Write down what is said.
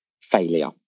failure